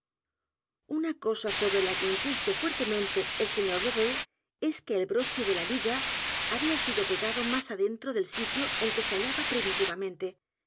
una cosa sobre la que insiste fuertemente el sr beauvais es que el broche de la liga había sido pegado m á s adentro del sitio en que se hallaba primitivamente esto